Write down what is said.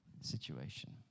situation